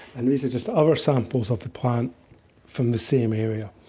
and these are just other samples of the plant from the same area,